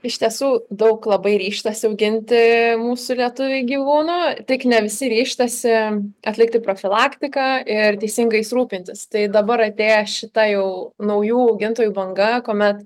iš tiesų daug labai ryžtasi auginti mūsų lietuviai gyvūnų tik ne visi ryžtasi atlikti profilaktiką ir teisingai jais rūpintis tai dabar atėję šita jau naujų augintojų banga kuomet